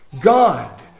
God